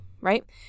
right